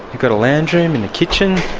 got a lounge room and a kitchen,